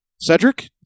Cedric